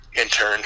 intern